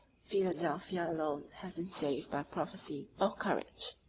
philadelphia alone has been saved by prophecy, or courage.